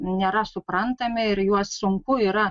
nėra suprantami ir juos sunku yra